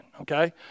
okay